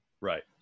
Right